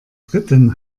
dritten